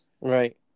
Right